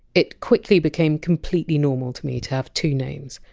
it quickly became completely normal to me to have two names.